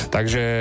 Takže